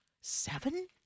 seven